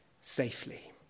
safely